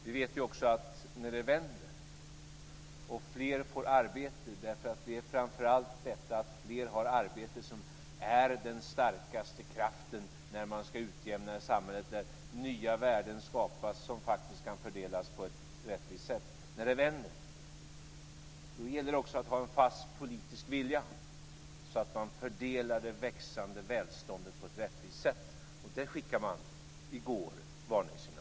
Vi vet också att när det vänder får fler arbete. Det är framför allt detta att fler har arbete som är den starkaste kraften när man ska utjämna i samhället. Nya värden skapas som faktiskt kan fördelas på ett rättvist sätt. När det vänder gäller det också att ha en fast politisk vilja så att man fördelar det växande välståndet på ett rättvist sätt. Där skickade man i går varningssignaler.